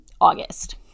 August